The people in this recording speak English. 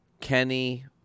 Kenny